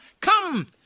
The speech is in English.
come